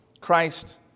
Christ